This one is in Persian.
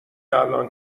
الان